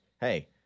Hey